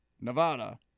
Nevada